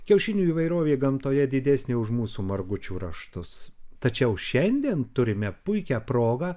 kiaušinių įvairovė gamtoje didesnė už mūsų margučių raštus tačiau šiandien turime puikią progą